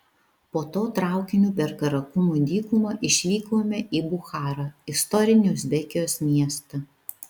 po to traukiniu per karakumų dykumą išvykome į bucharą istorinį uzbekijos miestą